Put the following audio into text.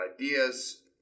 ideas